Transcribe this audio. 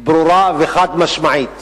ברורה וחד-משמעית